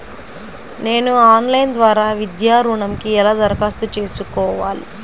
నేను ఆన్లైన్ ద్వారా విద్యా ఋణంకి ఎలా దరఖాస్తు చేసుకోవాలి?